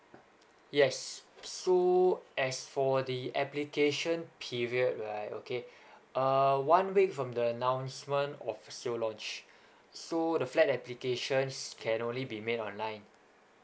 yes so as for the application period right okay uh one week from the announcement of sale launch so the flat applications can only be made online